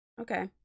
Okay